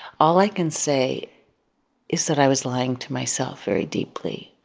all i can say is that i was lying to myself very deeply.